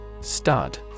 Stud